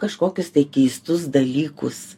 kažkokius tai keistus dalykus